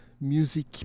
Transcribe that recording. music